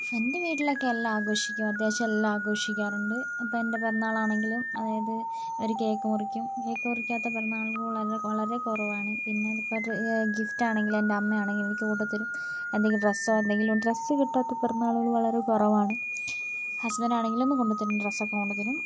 എന്റെ വീട്ടിലൊക്കെ എല്ലാം ആഘോഷിക്കും അത്യാവശ്യം എല്ലാം ആഘോഷിക്കാറുണ്ട് അതിപ്പോൾ എന്റെ പിറന്നാളാണെങ്കിലും അതായത് ഒരു കേക്ക് മുറിക്കും കേക്ക് മുറിക്കാത്ത പിറന്നാൾ വളരെ വളരെ കുറവാണ് പിന്നെ ഗിഫ്റ്റ് ആണെങ്കിലും എന്റെ അമ്മ ആണെങ്കിലും എനിക്ക് കൊണ്ടുത്തരും എന്തെങ്കിലും ഡ്രസ്സോ എന്തെങ്കിലും ഡ്രസ്സ് കിട്ടാത്ത പിറന്നാളുകൾ വളരെ കുറവാണ് ഹസ്ബന്റ് ആണെങ്കിലും എന്നും കൊണ്ടുത്തരും ഡ്രസ്സ് ഒക്കെ കൊണ്ടുത്തരും